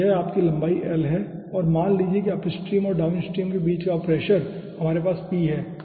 तो यह आपकी लंबाई l है और मान लीजिए कि अपस्ट्रीम और डाउनस्ट्रीम के बीच का प्रेशर हमारे पास p है